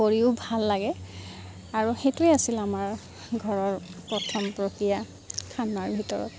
কৰিও ভাল লাগে আৰু সেইটোৱে আছিল আমাৰ ঘৰৰ প্ৰথম প্ৰক্ৰিয়া খানাৰ ভিতৰত